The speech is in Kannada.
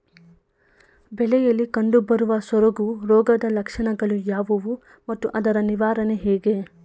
ಬೆಳೆಯಲ್ಲಿ ಕಂಡುಬರುವ ಸೊರಗು ರೋಗದ ಲಕ್ಷಣಗಳು ಯಾವುವು ಮತ್ತು ಅದರ ನಿವಾರಣೆ ಹೇಗೆ?